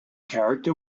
character